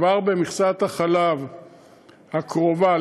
כבר במכסת החלב הקרובה,